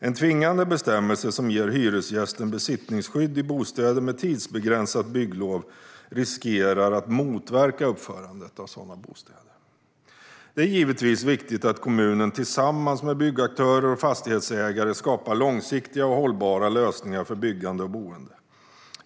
En tvingande bestämmelse som ger hyresgästen besittningsskydd i bostäder med tidsbegränsat bygglov riskerar att motverka uppförandet av sådana bostäder. Det är givetvis viktigt att kommunen, tillsammans med byggaktörer och fastighetsägare, skapar långsiktiga och hållbara lösningar för byggande och boende.